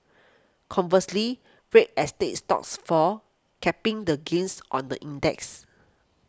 conversely real estate stocks fall capping the gains on the index